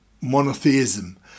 monotheism